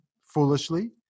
foolishly